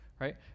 right